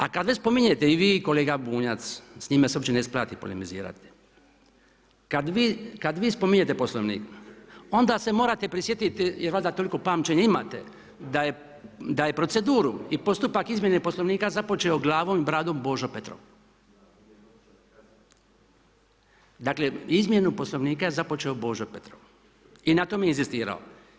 A kada već spominjete i vi i kolega Bunjac, s njime se uopće ne isplati polemizirati, kada vi spominjete Poslovnik onda se morate prisjetiti jel valjda toliko pamćenje imate da je proceduru i postupak izmjene Poslovnika započeo glavom i bradom Božo Petrov, dakle izmjenu Poslovnika je započeo Božo Petrov i na tome je inzistirao.